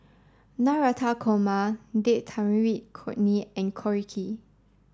Navratan Korma Date Tamarind Chutney and Korokke